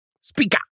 Speaker